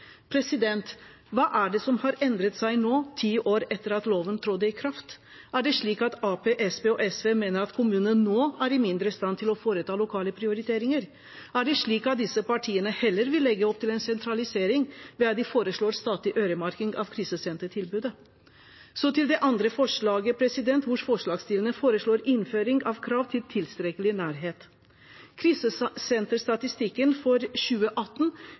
Hva er det som har endret seg nå, ti år etter at loven trådte i kraft? Er det slik at Arbeiderpartiet, Senterpartiet og SV mener at kommunene nå er mindre i stand til å foreta lokale prioriteringer? Er det slik at disse partiene heller vil legge opp til en sentralisering ved at de foreslår statlig øremerking av krisesentertilbudet? Så til det andre forslaget: Forslagsstillerne foreslår innføring av krav til tilstrekkelig nærhet. Krisesenterstatistikken for 2018